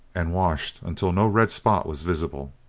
and washed until no red spot was visible.